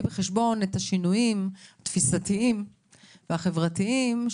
בחשבון את השינויים התפיסתיים והחברתיים,